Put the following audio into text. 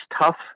tough